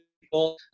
people